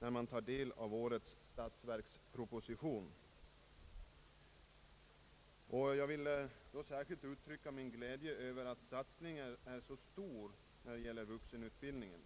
när man tar del av årets statsverksproposition. Jag vill uttala min glädje över att satsningen är så stor när det gäller vuxenutbildningen.